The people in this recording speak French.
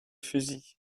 fusils